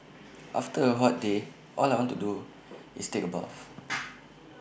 after A hot day all I want to do is take A bath